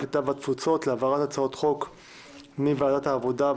הקליטה והתפוצות להעברת הצעות החוק הבאות מוועדת העבודה,